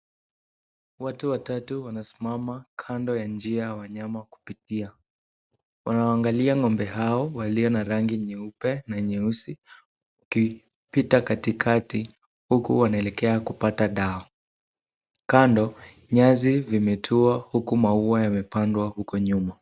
Watu watatu wanasimama kando ya njia ya wanyama kupitia, wanawangalia ng'ombe hao walio na rangi nyeupe na nyeusi, wakipita katikati huku wanaelekea kupata dawa, kando nyasi zimetua huku maua yamepandwa huko nyuma.